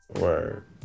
Word